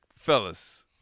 fellas